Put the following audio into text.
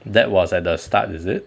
that was at the start is it